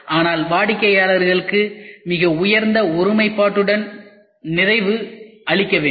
ஆனால் வாடிக்கையாளர்களுக்கு மிக உயர்ந்த ஒருமைப்பாட்டுடன் நிறைவு அளிக்க வேண்டும்